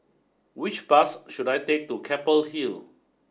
which bus should I take to Keppel Hill